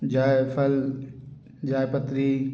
जायफ़ल जावित्री